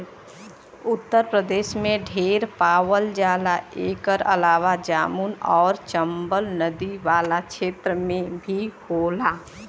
उत्तर प्रदेश में ढेर पावल जाला एकर अलावा जमुना आउर चम्बल नदी वाला क्षेत्र में भी होला